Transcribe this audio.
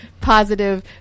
positive